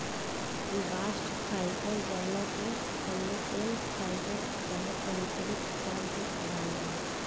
bast fibre जवना के phloem fibre चाहे आंतरिक छाल भी कहल जाला